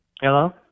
Hello